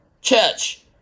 church